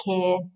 care